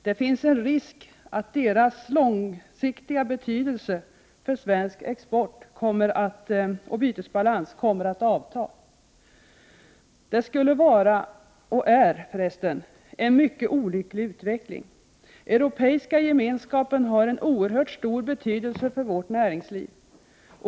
Det finns en risk för att deras långsiktiga betydelse för svensk export och bytesbalans kommer att avta. Det skulle vara — ja, det är — en mycket olycklig utveckling. Europeiska gemenskapen har oerhört stor betydelse för vårt näringsliv.